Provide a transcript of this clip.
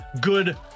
good